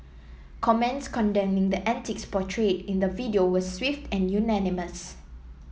comments condemning the antics portrayed in the video were swift and unanimous